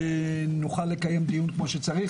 ונוכל לקיים דיון כמו שצריך.